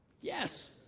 Yes